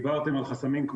דיברתם על חסמים,